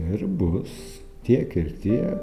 ir bus tiek ir tiek